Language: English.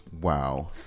Wow